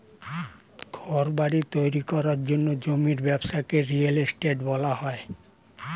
ঘরবাড়ি তৈরি করার জন্য জমির ব্যবসাকে রিয়েল এস্টেট বলা হয়